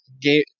game